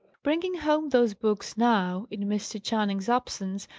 bringing home those books now, in mr. channing's absence,